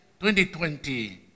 2020